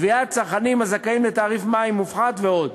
קביעת צרכנים הזכאים לתעריף מים מופחת ועוד.